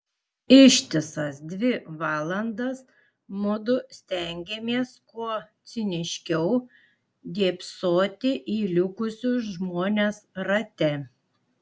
ištisas dvi valandas mudu stengėmės kuo ciniškiau dėbsoti į likusius žmones rate